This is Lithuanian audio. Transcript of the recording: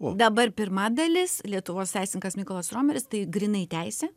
dabar pirma dalis lietuvos teisininkas mykolas riomeris tai grynai teisė